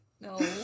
No